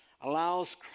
allows